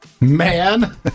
Man